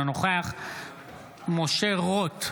אינו נוכח משה רוט,